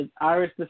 Iris